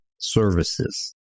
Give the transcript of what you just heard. services